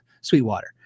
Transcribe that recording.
Sweetwater